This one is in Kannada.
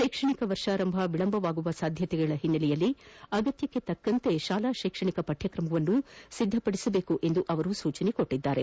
ಶೈಕ್ಷಣಿಕ ವರ್ಷಾರಂಭ ವಿಳಂಬವಾಗುವ ಸಾಧ್ಯತೆಗಳ ಹಿನ್ನೆಲೆಯಲ್ಲಿ ಅಗತ್ಯಕ್ಷೆ ತಕ್ಕಂತೆ ಶಾಲಾ ಶೈಕ್ಷಣಿಕ ಪಠಕ್ರಮವನ್ನು ಸಿದ್ದಪಡಿಸಬೇಕು ಎಂದು ಅವರು ಸೂಚಿಸಿದರು